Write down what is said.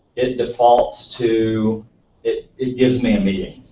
it defaults to it it gives me a meeting.